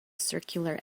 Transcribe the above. circular